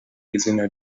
izina